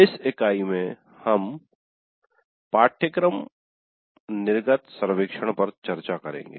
इस इकाई में हम पाठ्यक्रम निर्गत सर्वेक्षण पर चर्चा करेंगे